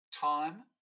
time